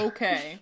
Okay